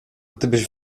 gdybyś